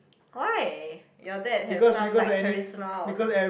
why your dad have some like charisma or some